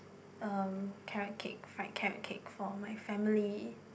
uh carrot cake fried carrot cake for my family